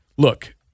Look